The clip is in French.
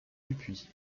dupuis